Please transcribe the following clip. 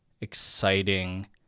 exciting